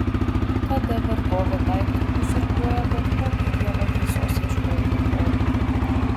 tada vergovė daiktui uzurpuoja bet kokį dievo tiesos ieškojimo poreikį